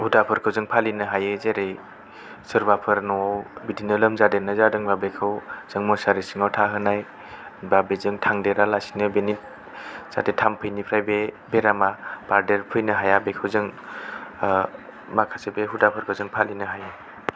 हुदाफोरखौ जों फालिनो हायो जेरै सोरबाफोर न'आव लोमजादेरनाय जादोंब्ला बेखौ जों मुसारि सिङाव थाहोनाय बा बेजों थांदेरालासिनो जाहाथे थामफैनिफ्राय बे बेरामा बारदेरफैनो हाया बेखौ जों ओ माखासे बे हुदाफोरखौ जों फालिनो हायो